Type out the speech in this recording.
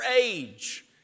age